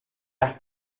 las